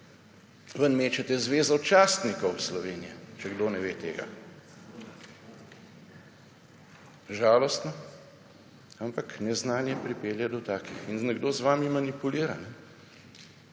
ven mečete Zvezo častnikov Slovenije, če kdo ne ve tega. Žalostno. Ampak neznanje pripelje do takih, in nekdo z vami manipulira.